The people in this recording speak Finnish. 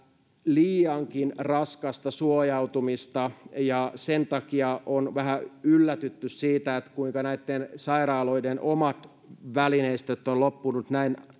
liiankin raskasta suojautumista ja sen takia on vähän yllätytty siitä kuinka näitten sairaaloiden omat välineistöt ovat loppuneet näin